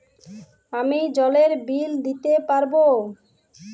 আমি জলের বিল দিতে পারবো?